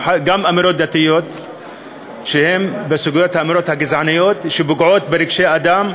גם אמירות דתיות שהן בסוגיות האמירות הגזעניות שפוגעות ברגשי אדם